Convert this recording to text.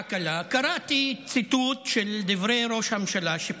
שעה קלה קראתי ציטוט של דברי ראש הממשלה בישיבת הסיעה,